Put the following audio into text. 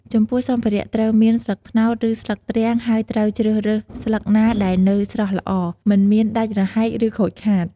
ចំពោះសម្ភារៈត្រូវមាន ស្លឹកត្នោត ឬស្លឹកទ្រាំងហើយត្រូវជ្រើសរើសស្លឹកណាដែលនៅស្រស់ល្អ មិនមានដាច់រហែក ឬខូចខាត។